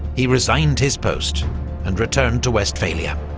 he resigned his post and returned to westphalia.